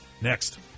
next